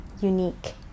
unique